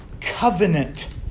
covenant